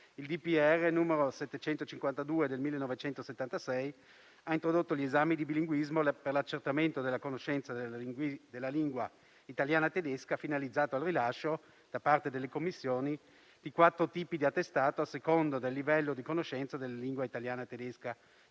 1976, n. 752, ha introdotto gli esami di bilinguismo per l'accertamento della conoscenza delle lingue italiana e tedesca finalizzato al rilascio, da parte delle commissioni, di 4 tipi di attestato a seconda del livello di conoscenza delle lingue italiana e tedesca (C1,